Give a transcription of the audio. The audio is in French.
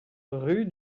rue